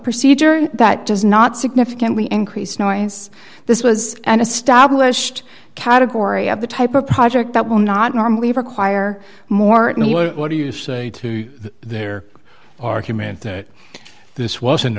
procedure that does not significantly increase noise this was an established category of the type of project that will not normally require more and what do you say to their argument that this wasn't